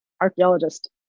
archaeologist